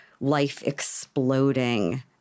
life-exploding